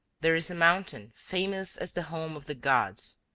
there is a mountain famous as the home of the gods,